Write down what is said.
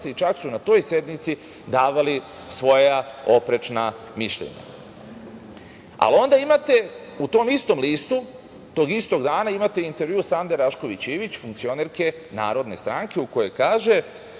i čak su na toj sednici davali svoja oprečna mišljenja. Onda imate u tom istom listu, tog istog dana, imate intervju Sande Rašković Ivić, funkcionerke Narodne stranke, u kojoj kaže